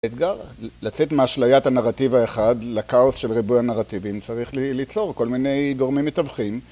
האתגר? לצאת מאשליית הנרטיב האחד לכאוס של ריבוי הנרטיבים צריך ליצור כל מיני גורמים מתווכים